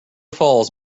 falls